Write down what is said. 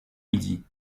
midi